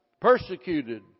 Persecuted